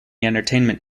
entertainment